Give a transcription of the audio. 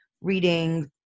reading